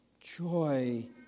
joy